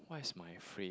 what is my favourite